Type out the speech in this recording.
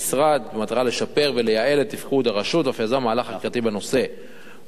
במטרה לשפר ולייעל את תפקוד הרשות ואף יזם מהלך החלטי בנושא.